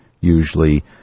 usually